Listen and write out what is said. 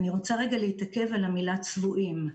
אני רוצה להתעכב על המילה צבועים.